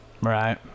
right